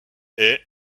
est